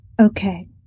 Okay